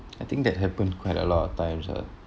I think that happen quite a lot of times ah